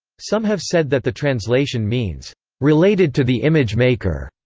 some have said that the translation means related to the image-maker,